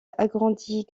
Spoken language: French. agrandie